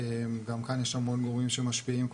גם כאן יש המון גורמים שמשפיעים,